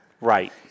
Right